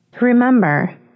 Remember